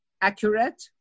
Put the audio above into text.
accurate